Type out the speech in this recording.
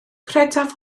credaf